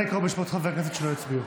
נא לקרוא בשמות חברי הכנסת שלא הצביעו.